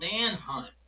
manhunt